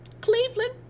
Cleveland